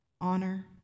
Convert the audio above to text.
Honor